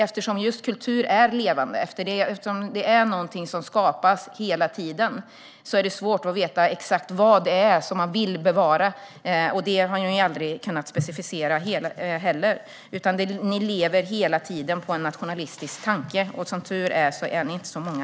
Eftersom kultur är just levande och någonting som skapas hela tiden är det svårt att veta exakt vad det är ni vill bevara, och det har ni aldrig heller kunnat specificera. Ni lever hela tiden på en nationalistisk tanke. Men ni är som tur inte så många.